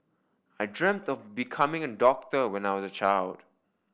I dreamt of becoming a doctor when I was a child